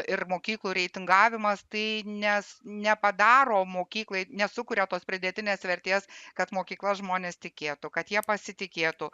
ir mokyklų reitingavimas tai nes nepadaro mokyklai nesukuria tos pridėtinės vertės kad mokykla žmonės tikėtų kad ja pasitikėtų